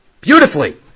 beautifully